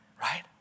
right